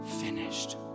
finished